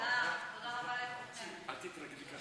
אימוץ ילדים (תיקון